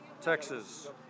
Texas